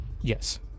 yes